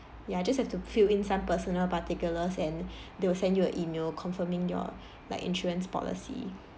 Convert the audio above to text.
ya just have to fill in some personal particulars and they will send you a email confirming your like insurance policy